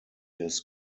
his